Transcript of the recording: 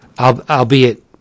Albeit